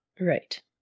Right